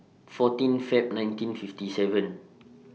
fourteen Feb nineteen fifty seven